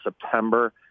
September